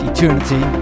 Eternity